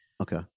Okay